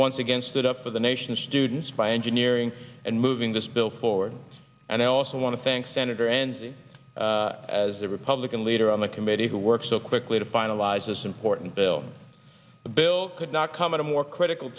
once again stood up for the nation students by engineering and moving this bill forward and i also want to thank senator enzi as the republican leader on the committee to work so quickly to finalize this important bill a bill could not come at a more critical